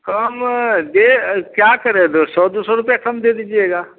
कम डेढ़ क्या करे दो सौ दू सौ रुपया कम दे दीजिएगा